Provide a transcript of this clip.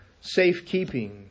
safekeeping